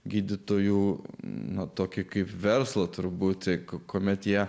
gydytojų nutuoki kaip verslo turbūt tik kuomet jie